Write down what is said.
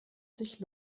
sich